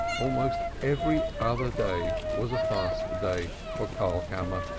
almost every other day was a fast-day for karlkammer,